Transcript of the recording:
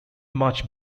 much